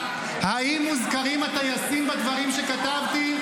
האם מוזכרים הטייסים בדברים שכתבתי?